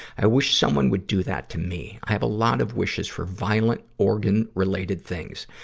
i wish someone would do that to me. i have a lot of wishes for violent, organ-related things.